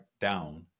down